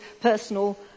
personal